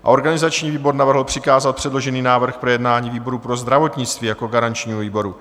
Organizační výbor navrhl přikázat předložený návrh k projednání výboru pro zdravotnictví jako garančnímu výboru.